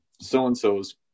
so-and-so's